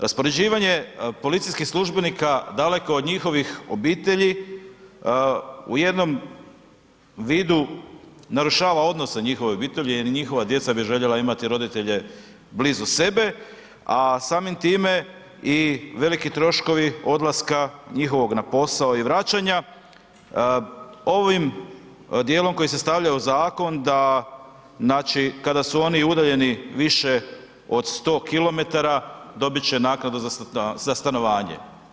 Raspoređivanje policijskih službenika daleko od njihovih obitelji u jednom vidu narušava odnose njihovih obitelji jer i njihova djeca bi željela imati roditelje blizu sebe, a samim time i veliki troškovi odlaska njihovog na posao i vraćanja, ovim dijelom koji se stavlja u zakon da, kada su oni udaljeni više od 100 km, dobit će naknadu za stanovanje.